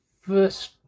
first